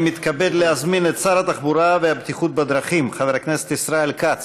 אני מתכבד להזמין את שר התחבורה והבטיחות בדרכים חבר הכנסת ישראל כץ.